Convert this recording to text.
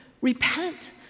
Repent